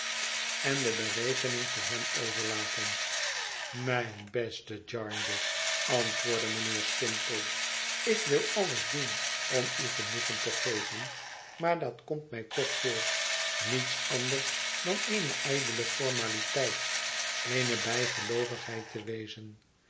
en de berekening voor hem overlaten mijn beste jarndyce antwoordde mijnheer skimpole ik wil alles doen om u genoegen te geven maar dat komt mij toch voor niets anders dan eene ijdele formaliteit eene bijgeloovigheid te wezen